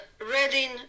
Reading